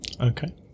okay